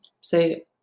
say